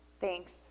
thanks